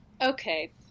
Okay